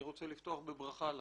אני רוצה לפתוח בברכה לכם,